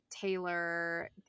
Taylor